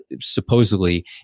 supposedly